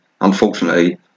unfortunately